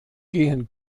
gehen